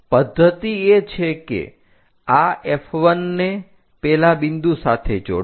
હવે પદ્ધતિ એ છે કે આ F1 ને પેલા બિંદુ સાથે જોડો